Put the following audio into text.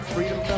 Freedom